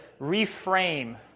reframe